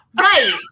Right